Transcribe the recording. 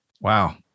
Wow